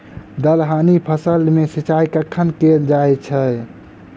दलहनी फसल मे सिंचाई कखन कैल जाय छै?